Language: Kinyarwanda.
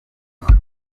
buzima